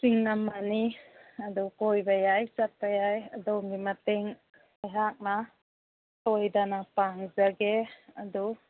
ꯆꯤꯡ ꯑꯃꯅꯤ ꯑꯗꯨ ꯀꯣꯏꯕ ꯌꯥꯏ ꯆꯠꯄ ꯌꯥꯏ ꯑꯗꯣꯝꯒꯤ ꯃꯇꯦꯡ ꯑꯩꯍꯥꯛꯅ ꯁꯣꯏꯗꯅ ꯄꯥꯡꯖꯒꯦ ꯑꯗꯨ